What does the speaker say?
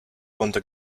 conto